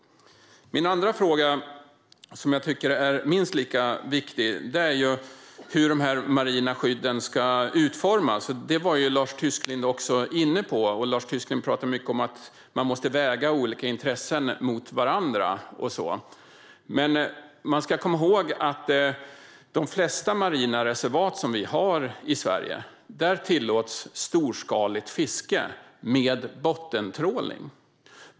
Min andra fråga, som jag tycker är minst lika viktig, är: Hur ska de marina skydden utformas? Detta var Lars Tysklind inne på. Han talade mycket om att man måste väga olika intressen mot varandra. Men man ska komma ihåg att i de flesta marina reservat som vi har i Sverige tillåts storskaligt fiske med bottentrål.